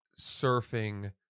surfing